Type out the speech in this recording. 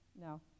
No